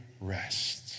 rest